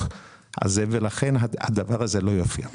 על זה ולכן הדבר הזה לא יופיע כאן.